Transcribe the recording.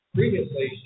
Previously